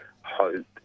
hope